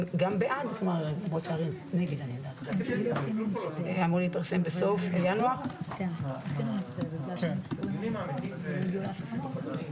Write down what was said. כן הצלחנו לגבש את העובדה הבאה: במידה ובאמת התקנות,